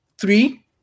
three